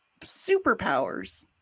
Superpowers